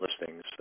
listings